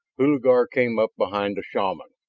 hulagur came up behind the shaman,